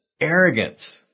arrogance